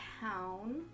town